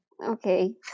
Okay